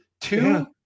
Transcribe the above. two